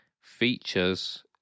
features